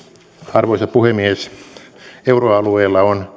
arvoisa puhemies euroalueella on